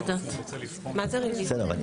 אני מודה לכל גורמי המקצוע.